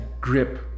grip